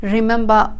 Remember